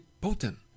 potent